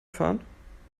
fahren